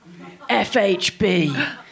FHB